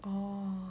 oh